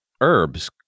Herbs